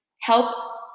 help